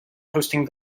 hosting